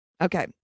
okay